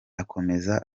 akomeza